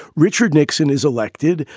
richard nixon is elected.